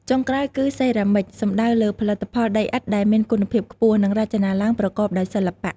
ចុងក្រោយគឺសេរ៉ាមិច សំដៅលើផលិតផលដីឥដ្ឋដែលមានគុណភាពខ្ពស់ និងរចនាឡើងប្រកបដោយសិល្បៈ។